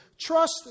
Trust